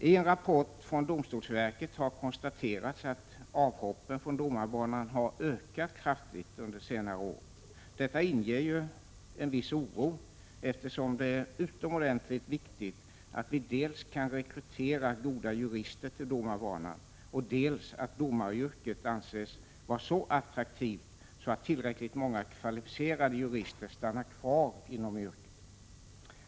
I en rapport från domstolsverket har konstaterats att avhoppen från domarbanan har ökat kraftigt under senare år. Detta inger en viss oro, eftersom det är utomordentligt viktigt dels att vi kan rekrytera goda jurister till domarbanan, dels att domaryrket anses vara så attraktivt att tillräckligt många kvalificerade jurister stannar kvar inom yrket.